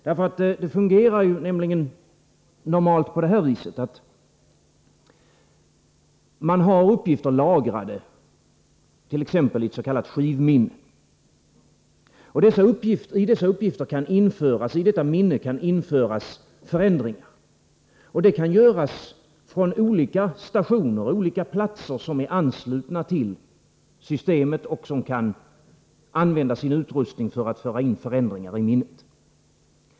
Normalt fungerar det nämligen så, att man har uppgifter lagrade t.ex. i ett s.k. skivminne. I detta minne kan införas förändringar. Det kan göras från olika stationer, olika platser, som är anslutna till systemet och som kan använda sin utrustning för att föra in förändringar i minnet.